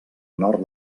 nord